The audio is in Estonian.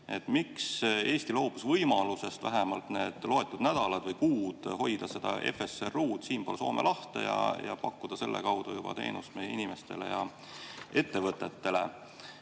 loobus Eesti võimalusest vähemalt need loetud nädalad või kuud hoida seda FSRU-d siinpool Soome lahte ja pakkuda selle kaudu juba teenust meie inimestele ja ettevõtetele?